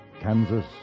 Kansas